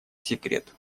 секрет